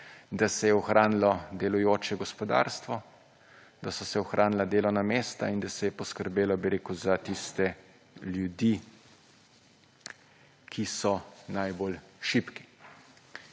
da se je ohranilo delujoče gospodarstvo, da so se ohranila delovna mesta, in da se je poskrbelo za tiste ljudi, ki so najbolj šibki.